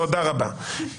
תודה רבה.